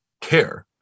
care